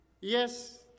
Yes